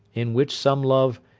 in which some love,